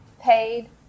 paid